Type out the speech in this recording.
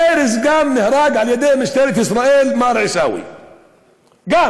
ארז גם נהרג על-ידי משטרת ישראל, מר עיסאווי, גם.